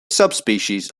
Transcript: subspecies